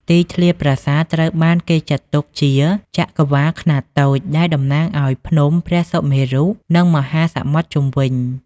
ទីធ្លាប្រាសាទត្រូវបានគេចាត់ទុកជា ចក្រវាឡខ្នាតតូច ដែលតំណាងឲ្យភ្នំព្រះសុមេរុ និងមហាសមុទ្រជុំវិញ។